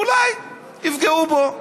אולי יפגעו בו.